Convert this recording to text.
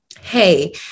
Hey